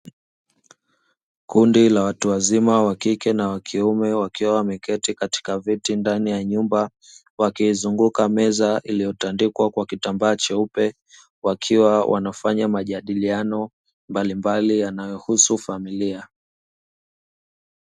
Kundi la watu wazima, wakike na wa kiume, wakiwa wameketi katika viti ndani ya nyumba, wakiizunguka meza iliyotandikwa kwa kitambaa cheupe. Wakiwa wanafanya majadiliano mbalimbali yanayohusu familia.